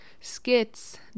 skits